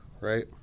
right